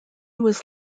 was